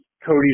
Cody's